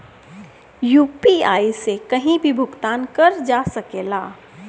UPI से कहीं भी भुगतान कर जा सकेला?